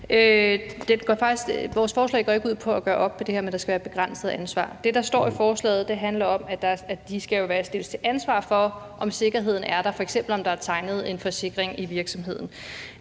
Vores forslag går ikke ud på at gøre op med det her med, at der skal være et begrænset ansvar. Det, der står i forslaget, handler om, at de jo skal stilles til ansvar for, om sikkerheden er der, f.eks. om der er tegnet en forsikring i virksomheden.